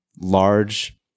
large